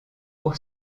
pour